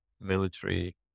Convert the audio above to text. military